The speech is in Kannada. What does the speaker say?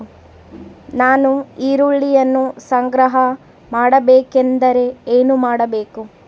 ನಾನು ಈರುಳ್ಳಿಯನ್ನು ಸಂಗ್ರಹ ಮಾಡಬೇಕೆಂದರೆ ಏನು ಮಾಡಬೇಕು?